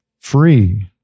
free